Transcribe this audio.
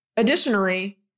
Additionally